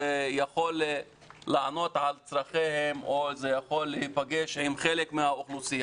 זה יכול לענות על צורכיהם או שזה יכול להיפגש עם חלק מהאוכלוסייה,